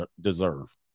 deserve